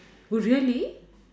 oh really